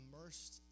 immersed